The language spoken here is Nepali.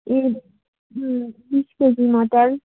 ए बिस केजी मटर